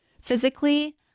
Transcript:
physically